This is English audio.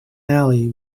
alley